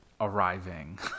arriving